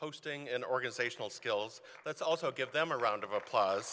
hosting and organizational skills that's also give them a round of applause